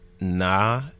nah